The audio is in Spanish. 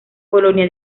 bolonia